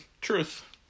truth